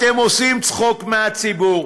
אתם עושים צחוק מהציבור.